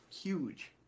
huge